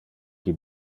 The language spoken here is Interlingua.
qui